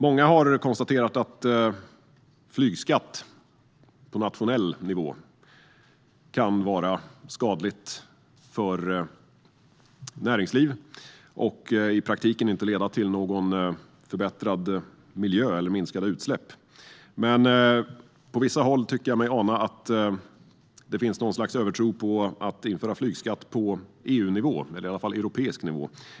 Många har konstaterat att flygskatt på nationell nivå kan vara skadligt för näringslivet och i praktiken inte leder till någon förbättrad miljö eller till minskade utsläpp. Men jag tycker mig ana att det på vissa håll finns en övertro på att införa flygskatt på EU-nivå, eller europeisk nivå.